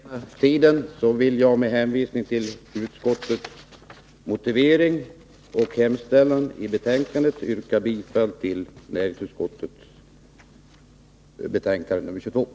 Fru talman! Med hänsyn till den sena timmen vill jag endast med hänvisning till näringsutskottets motivering och hemställan i dess betänkande nr 22 yrka bifall till utskottets hemställan.